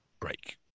break